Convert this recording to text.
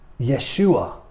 Yeshua